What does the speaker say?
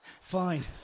Fine